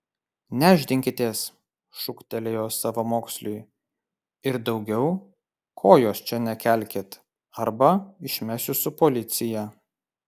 nešdinkitės šūktelėjo savamoksliui ir daugiau kojos čia nekelkit arba išmesiu su policija